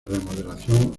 remodelación